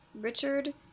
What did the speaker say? Richard